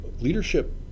Leadership